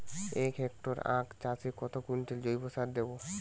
এক হেক্টরে আখ চাষে কত কুইন্টাল জৈবসার দেবো?